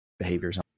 behaviors